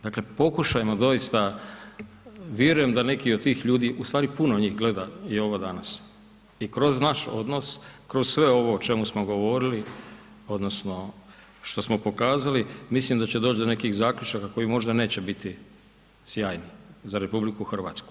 Dakle, pokušajmo doista, vjerujem da neki od tih ljudi, u stvari puno njih gleda i ovo danas i kroz naš odnos, kroz sve ovo o čemu smo govorili odnosno što smo pokazali, mislim da će doć do nekih zaključaka koji možda neće biti sjajni za RH.